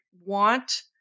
want